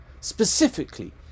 specifically